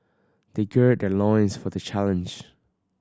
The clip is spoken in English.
they gird their loins for the challenge